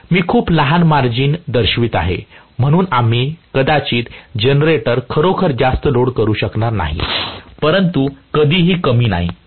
मी खूप लहान मार्जिन दर्शवित आहे म्हणून आम्ही कदाचित जनरेटर खरोखर जास्त लोड करू शकणार नाही परंतु कधीही कमी नाही